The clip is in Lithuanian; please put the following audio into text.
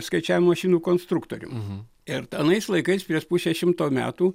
skaičiavimo mašinų konstruktorium ir anais laikais prieš pusę šimto metų